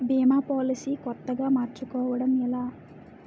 భీమా policy కొత్తగా మార్చుకోవడం ఎలా?